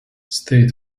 stay